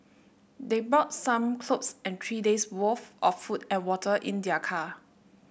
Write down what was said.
they brought some clothes and three days'worth of food and water in their car